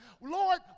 Lord